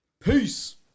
Peace